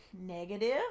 negative